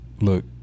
Look